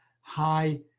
high